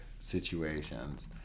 situations